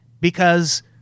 because-